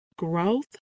Growth